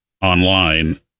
online